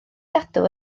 gadw